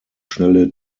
schnelle